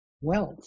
wealth